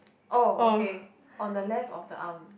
oh okay on the left of the arm